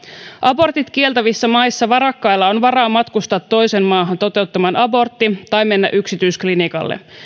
abortit kieltävissä maissa varakkailla on varaa matkustaa toiseen maahan toteuttamaan abortti tai mennä yksityisklinikalle